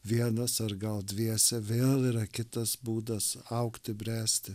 vienas ar gal dviese vėl yra kitas būdas augti bręsti